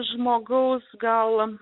žmogaus galva